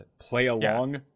play-along